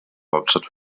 hauptstadt